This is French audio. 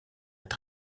est